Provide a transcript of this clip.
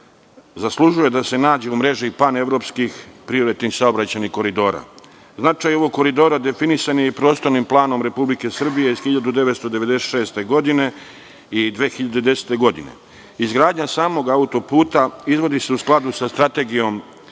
zaslužuje da se nađe u mreži panevropskih prioritetnih saobraćajnih koridora. Značaj ovog koridora definisan je i Prostornim planom Republike Srbije iz 1996. godine i 2010. godine. Izgradnja samog autoputa izvodi se u skladu sa Strategijom